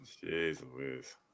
Jesus